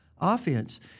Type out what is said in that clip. offense